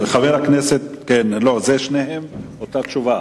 לשתיהן אותה תשובה.